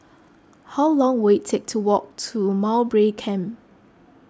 how long will it take to walk to Mowbray Camp